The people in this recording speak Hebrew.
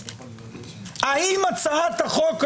האם הצעת החוק הזו,